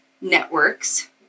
networks